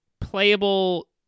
playable